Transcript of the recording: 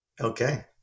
Okay